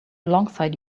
alongside